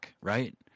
right